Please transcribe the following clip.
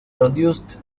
produced